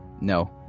No